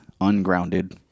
ungrounded